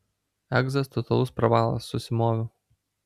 egzas totalus pravalas susimoviau